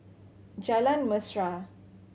Jalan Mesra